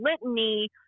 litany